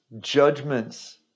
judgments